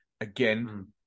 Again